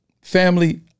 Family